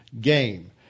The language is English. game